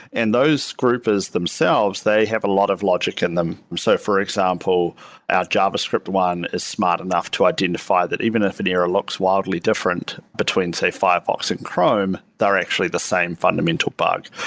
and those groups themselves, they have a lot of logic in them. so for example, our javascript one is smart enough to identify that even if an error looks wildly different between, say, firefox and chrome, they're actually the same fundamental bug.